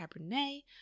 Cabernet